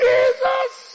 Jesus